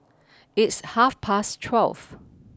its half past twelve